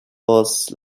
was